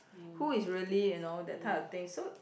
who is really you know that type of thing so